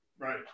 Right